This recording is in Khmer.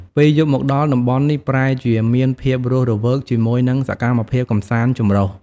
ពេលយប់មកដល់ តំបន់នេះប្រែជាមានភាពរស់រវើកជាមួយនឹងសកម្មភាពកម្សាន្តចម្រុះ។